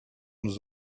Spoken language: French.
nous